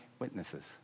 witnesses